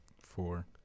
Four